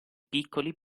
piccoli